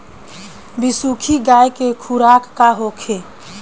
बिसुखी गाय के खुराक का होखे?